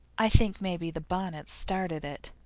i think maybe the bonnet started it.